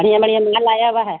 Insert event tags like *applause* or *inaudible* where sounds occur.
بڑیا بڑھیا *unintelligible* آیا ہوا ہے